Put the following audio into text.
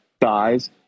dies